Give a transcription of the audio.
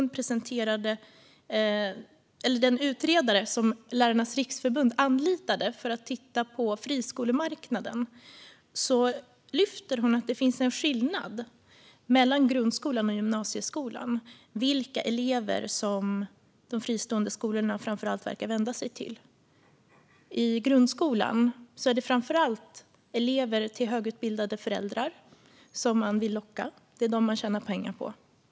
Den utredare som Lärarnas Riksförbund anlitade för att titta på friskolemarknaden lyfter fram att det finns en skillnad mellan grundskolan och gymnasieskolan när det gäller vilka elever som de fristående skolorna vänder sig till. I grundskolan är det framför allt elever till högutbildade föräldrar som man vill locka. Det är dem man tjänar pengar på.